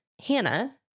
Hannah